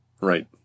Right